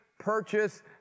purchase